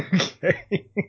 Okay